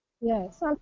Yes